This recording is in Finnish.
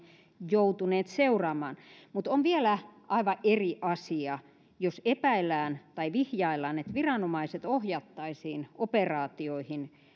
joutuneet seuraamaan mutta on vielä aivan eri asia jos epäillään tai vihjaillaan että viranomaiset ohjattaisiin operaatioihin